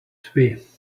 twee